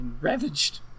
ravaged